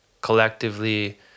collectively